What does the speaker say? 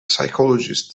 psychologist